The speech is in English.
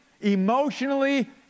emotionally